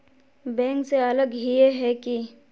Bank से अलग हिये है की?